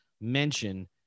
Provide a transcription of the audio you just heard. mention